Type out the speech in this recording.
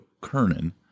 Kernan